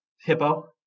hippo